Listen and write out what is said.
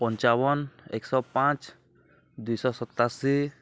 ପଞ୍ଚାବନ ଏକଶହ ପାଞ୍ଚ ଦୁଇଶହ ସତାଅଶୀ